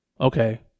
Okay